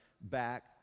back